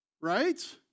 right